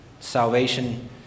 salvation